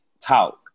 talk